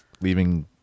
leaving